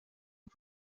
aux